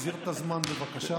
אפילו אחת, לא אישרת לי במושב הזה.